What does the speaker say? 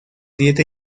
dieta